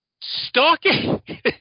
stalking